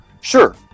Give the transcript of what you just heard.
Sure